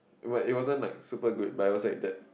what it wasn't like super good but I also eat that